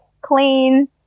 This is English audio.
clean